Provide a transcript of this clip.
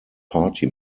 party